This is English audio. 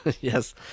Yes